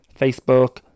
facebook